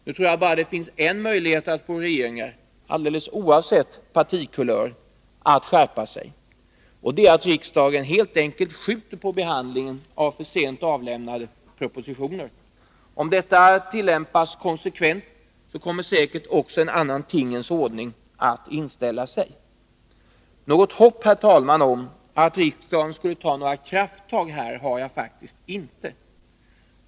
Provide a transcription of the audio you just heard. Nu tror jag att det finns bara en möjlighet att få regeringar — oavsett partikulör — att skärpa sig, och det är att riksdagen helt enkelt skjuter på behandlingen av för sent avlämnade propositioner. Om detta tillämpas konsekvent, kommer säkert också en annan tingens ordning att inställa sig. Något hopp, herr talman, om att riksdagen skulle ta krafttag här har jag faktiskt inte.